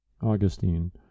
Augustine